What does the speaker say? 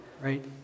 right